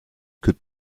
could